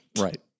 Right